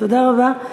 תודה רבה.